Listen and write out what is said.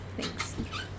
Thanks